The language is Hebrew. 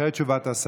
אחרי תשובת השר.